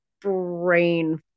brain